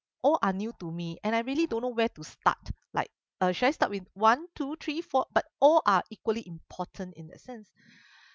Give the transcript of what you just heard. all are new to me and I really don't know where to start like uh should I start with one two three four but all are equally important in a sense